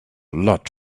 lot